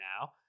now